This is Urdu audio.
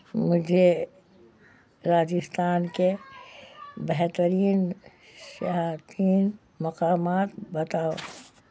مجھے راجستھان کے بہترین سیاحتی مقامات بتاؤ